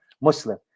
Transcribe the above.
Muslim